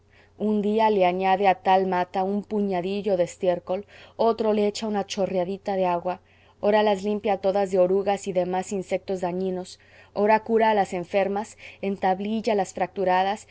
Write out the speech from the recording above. un día le añade a tal mata un puñadillo de estiércol otro le echa una chorreadita de agua ora las limpia a todas de orugas y demás insectos dañinos ora cura a las enfermas entablilla a las fracturadas